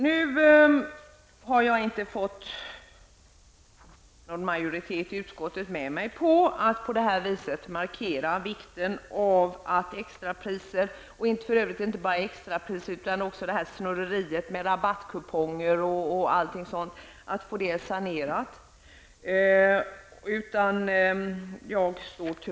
Nu har jag inte fått någon majoritet i utskottet med mig på att markera vikten av att få systemet med extrapriser sanerat -- och för övrigt inte bara extrapriserna utan också snurreriet med rabattkuponger och allting sådant.